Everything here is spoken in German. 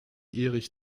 erich